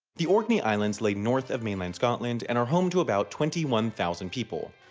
the orkney islands lay north of mainland scotland and are home to about twenty one thousand people.